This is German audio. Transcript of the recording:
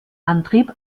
antrieb